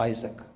Isaac